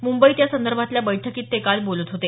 मुंबईत यासंदर्भातल्या बैठकीत ते काल बोलत होते